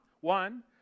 One